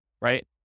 right